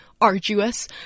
arduous